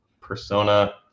persona